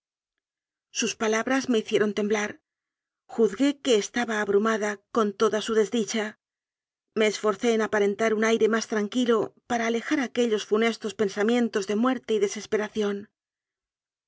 sus palabras me hicieron temblar juzgué que estaba abrumada con toda su desdicha me es forcé en aparentar un aire más tranquilo para alejar aquellos funestos pensamientos de muer te y desesperación